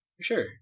sure